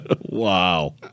wow